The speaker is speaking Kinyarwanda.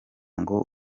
ngo